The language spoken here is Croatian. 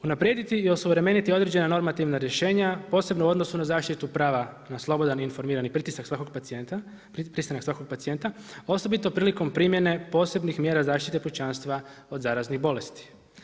Unaprijediti i osuvremeniti određena normativna rješenja posebno u odnosu na zaštitu prava na slobodan i informirani pritisak svakog pacijenta, pristanak svakog pacijenta osobito prilikom primjene posebnih mjera zaštite pučanstva od zaraznih bolesti.